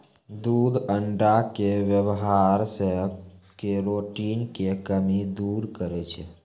दूध अण्डा के वेवहार से केरोटिन के कमी दूर करै छै